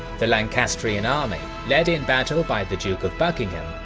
the lancastrian army, led in battle by the duke of buckingham,